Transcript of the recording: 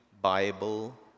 Bible